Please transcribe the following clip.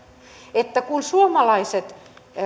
että kun suomalaiset